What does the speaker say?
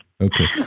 Okay